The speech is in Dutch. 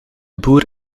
boer